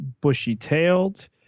bushy-tailed